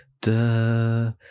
da